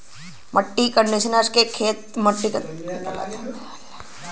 मट्टी कंडीशनर से खेत के उपजाऊ बनावल जाला